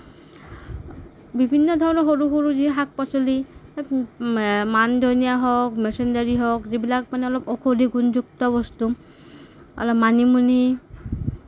বিভিন্ন ধৰণৰ সৰু সৰু যি শাক পাচলি মানধনীয়া হওঁক মচোন্দৰী হওঁক যিবিলাক মানে অলপ ঔষধি গুণযুক্ত বস্তু অলপ মানিমুনি